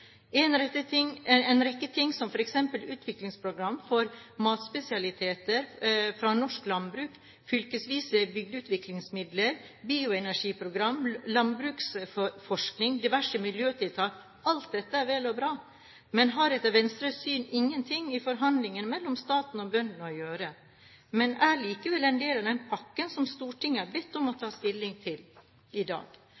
En rekke ting som f.eks. utviklingsprogram for matspesialiteter fra norsk landbruk, fylkesvise bygdeutviklingsmidler, bioenergiprogram, landbruksforskning og diverse miljøtiltak er vel og bra, men har etter Venstres syn ingenting i forhandlinger mellom staten og bøndene å gjøre. Likevel er det en del av den «pakken» som Stortinget er bedt om å